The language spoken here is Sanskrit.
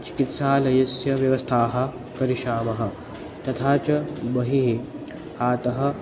चिकित्सालयस्य व्यवस्थाः करिष्यामः तथा च बहिः अतः